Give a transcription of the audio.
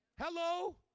Hello